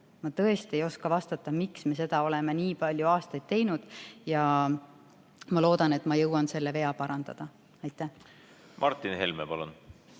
Ma tõesti ei oska vastata, miks me seda oleme nii palju aastaid teinud. Ma loodan, et ma jõuan selle vea parandada. Aitäh! Ma olin